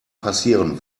passieren